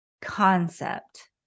concept